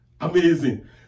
amazing